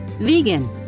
vegan